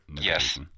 yes